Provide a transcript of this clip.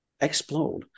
explode